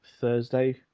Thursday